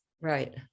Right